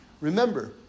Remember